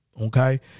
okay